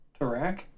Tarak